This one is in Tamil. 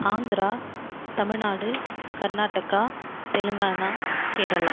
ஆந்திரா தமிழ்நாடு கர்நாடகா தெலுங்கானா கேரளா